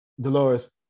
Dolores